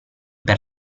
per